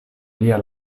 lia